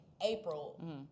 April